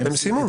הם סיימו.